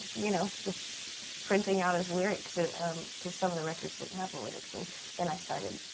you know, just printing out his lyrics ah um because some of the records didn't have the lyrics. and then i started